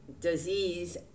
disease